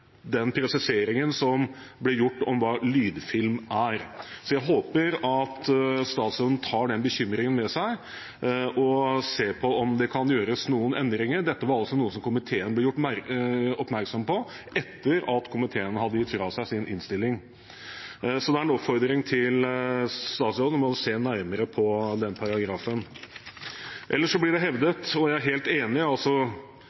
den presiseringen som ble gjort om hva lydfilm er. Jeg håper statsråden tar den bekymringen med seg og ser på om det kan gjøres noen endringer. Dette var noe komiteen ble gjort oppmerksom på etter at komiteen hadde gitt fra seg sin innstilling, så det er en oppfordring til statsråden om å se nærmere på den paragrafen. Ellers blir det